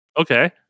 Okay